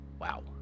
wow